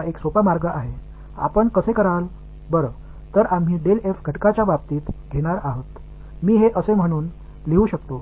அதை எப்படி செய்வதென்றால் நம்மிடம் உள்ள கூறுகளின் வெளிப்பாடு அவர் இருக்கப் போகிறது நான் இதை போல